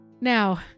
Now